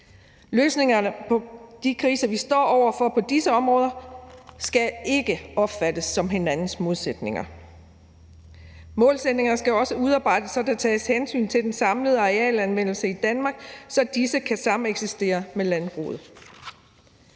Løsningerne på de kriser, vi står over for på disse områder, skal ikke opfattes som hinandens modsætninger. Målsætninger skal også udarbejdes, så der tages hensyn til den samlede arealanvendelse i Danmark, så disse kan sameksistere med landbruget.